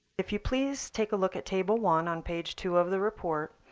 if you please take a look at table one on page two of the report,